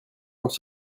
quand